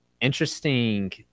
interesting